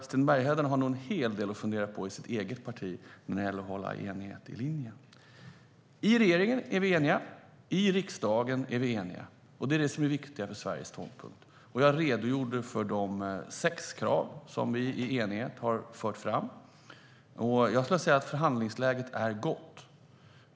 Sten Bergheden har nog en hel del att fundera på i sitt eget parti när det gäller att hålla en enhetlig linje. I regeringen är vi eniga. I riksdagen är vi eniga. Det är det viktiga för Sveriges ståndpunkt. Jag redogjorde för de sex krav som vi i enighet har fört fram. Jag skulle vilja säga att förhandlingsläget är gott.